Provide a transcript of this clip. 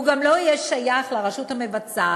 הוא גם לא יהיה שייך לרשות המבצעת,